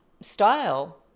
style